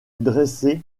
dresser